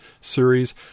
series